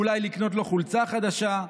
אולי לקנות לו חולצה חדשה,